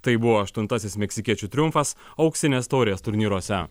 tai buvo aštuntasis meksikiečių triumfas auksinės taurės turnyruose